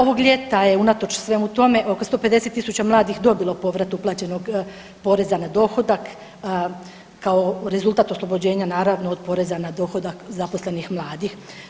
Ovog ljeta je unatoč svemu tome oko 150.000 mladih dobilo povrat uplaćenog poreza na dohodak kao rezultat oslobođenja naravno od poreza na dohodak zaposlenih mladih.